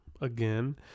again